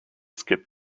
skip